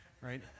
right